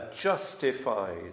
justified